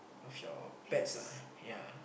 of your pets ah ya